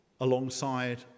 alongside